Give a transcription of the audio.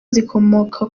zikomoka